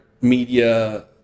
media